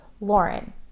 Lauren